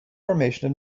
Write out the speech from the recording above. formation